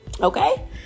Okay